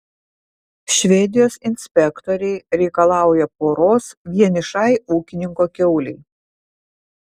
švedijos inspektoriai reikalauja poros vienišai ūkininko kiaulei